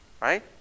Right